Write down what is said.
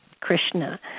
Krishna